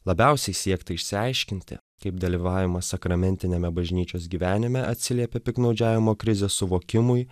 labiausiai siekta išsiaiškinti kaip dalyvavimas sakramentiniame bažnyčios gyvenime atsiliepia piktnaudžiavimo krizės suvokimui